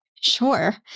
sure